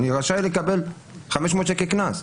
אני אקבל 500 שקל קנס.